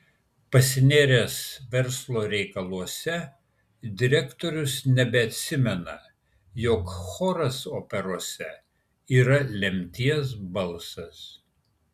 pasinėręs verslo reikaluose direktorius nebeatsimena jog choras operose yra lemties balsas